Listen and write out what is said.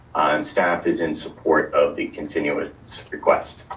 staff is in support of the continuance request.